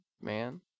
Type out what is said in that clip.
Man